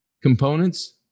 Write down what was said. Components